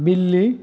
बिल्ली